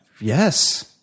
Yes